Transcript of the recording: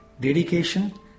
dedication